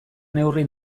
neurri